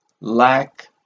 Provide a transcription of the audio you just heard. lack